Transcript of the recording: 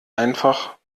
einfach